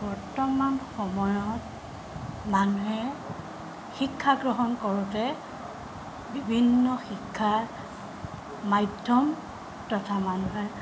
বৰ্তমান সময়ত মানুহে শিক্ষা গ্ৰহণ কৰোঁতে বিভিন্ন শিক্ষা মাধ্যম তথা মানুহে